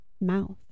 mouth